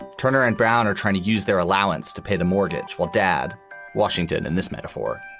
turner and brown are trying to use their allowance to pay the mortgage while dad washington, in this metaphor,